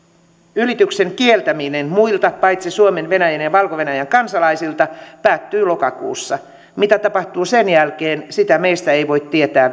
ylityksen kieltäminen muilta paitsi suomen venäjän ja valko venäjän kansalaisilta päättyy lokakuussa mitä tapahtuu sen jälkeen sitä meistä ei voi tietää